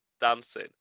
dancing